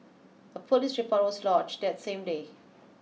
a police report was lodged that same day